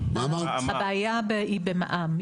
הבעיה היא במע"מ.